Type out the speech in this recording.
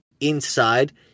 inside